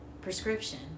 prescription